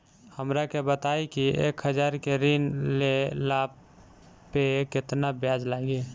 हमरा के बताई कि एक हज़ार के ऋण ले ला पे केतना ब्याज लागी?